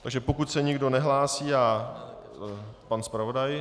Takže pokud se nikdo nehlásí pan zpravodaj.